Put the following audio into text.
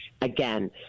Again